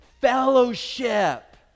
fellowship